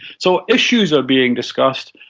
so issues are being discussed,